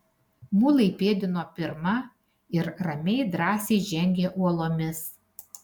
mulai pėdino pirma ir ramiai drąsiai žengė uolomis